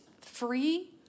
free